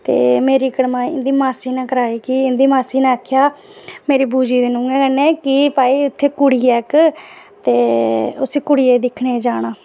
ते मेरी कड़माई इं'दी मासी नै कराई कि इं'दी मासी नै आखेआ हा मेरी बूजी दी नूहें कन्नै कि उत्थै कुड़ी ऐ इक कि उसी कुड़ियै गी दिक्खनै गी जाना